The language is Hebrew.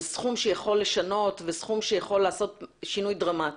סכום שיכול לשנות וסכום שיכול לעשות שינוי דרמטי.